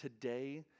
Today